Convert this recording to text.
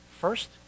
first